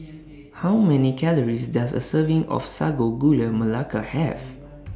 How Many Calories Does A Serving of Sago Gula Melaka Have